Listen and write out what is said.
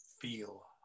feel